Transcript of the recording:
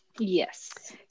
Yes